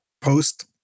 post